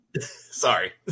Sorry